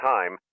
Time